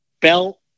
belt